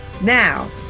Now